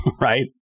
right